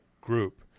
Group